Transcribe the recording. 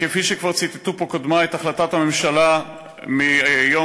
וכפי שכבר ציטטו פה קודמי שמענו בכל מקום את הנחת היסוד חסרת הבסיס,